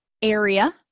area